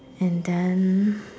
and then